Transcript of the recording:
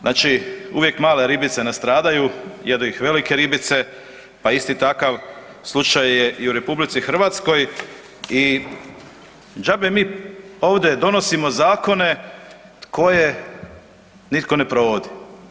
Znači, uvijek male ribice nastradaju jer ih velike ribice pa isti takav slučaj je i u RH i džabe mi ovdje donosimo zakone koje nitko ne provodi.